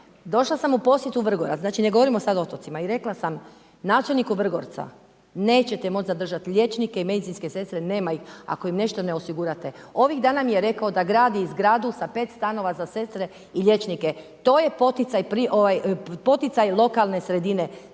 Došla sam u posjet u Vrgorac, znači ne govorimo sad o otocima i rekla sam načelniku Vrgorca nećete moć zadržat liječnike i medicinske sestre, nema ih, ako im nešto ne osigurate. Ovih dana mi je rekao da gradi zgradu sa 5 stanova za sestre i liječnike. To je poticaj lokalne sredine.